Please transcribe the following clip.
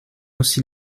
aussi